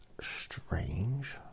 strange